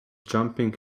jumping